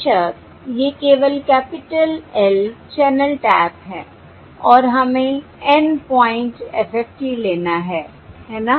बेशक ये केवल कैपिटल L चैनल टैप्स हैं और हमें N पॉइंट FFT लेना है है ना